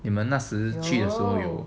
你们那时去的时候